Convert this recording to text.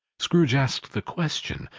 scrooge asked the question,